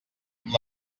amb